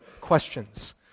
questions